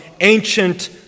ancient